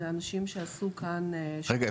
זה אנשים שעשו כאן --- רגע,